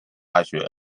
大学